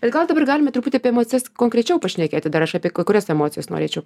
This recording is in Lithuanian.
bet gal dabar galime truputį apie emocijas konkrečiau pašnekėti dar aš apie kai kurias emocijas norėčiau